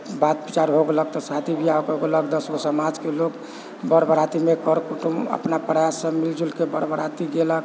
तऽ बात विचार हो गेलक तऽ शादी बिआह ओकर कएलक दसगो समाजके लोक बड़ बरातीमे कर कुटुम्ब अपना परायासब मिल जुलके बड़ बराती गेलक